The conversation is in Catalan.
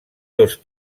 dos